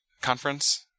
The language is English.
conference